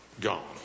gone